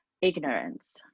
ignorance